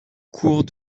cours